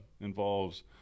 involves